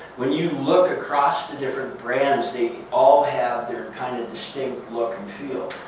when you look across the different brands, they all have their kind of distinct look and feel.